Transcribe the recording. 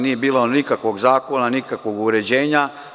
Nije bilo nikakvog zakona, nikakvog uređenja.